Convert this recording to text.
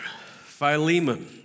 Philemon